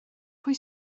pwy